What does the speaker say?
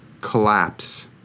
collapse